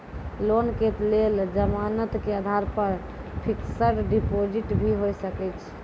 Loan के लेल जमानत के आधार पर फिक्स्ड डिपोजिट भी होय सके छै?